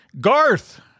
Garth